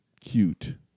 Cute